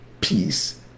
peace